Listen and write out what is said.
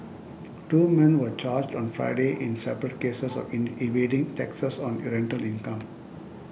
two men were charged on Friday in separate cases of evading taxes on rental income